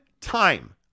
time